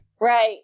Right